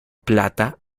plata